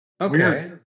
Okay